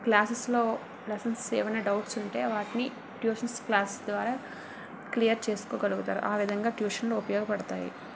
క్లాస్లో లెసన్స్ ఏమైనా డౌట్స్ ఉంటే వాటిని ట్యూషన్స్ క్లాసుల ద్వారా క్లియర్ చేసుకోగలుగుతారు ఆ విధంగా ట్యూషన్ లు ఉపయోగపడతాయి